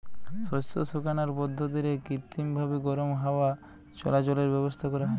শস্য শুকানার পদ্ধতিরে কৃত্রিমভাবি গরম হাওয়া চলাচলের ব্যাবস্থা করা হয়